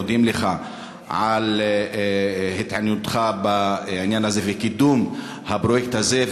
אני מודה לך על התעניינותך בעניין הזה ועל קידום הפרויקט הזה.